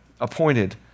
Appointed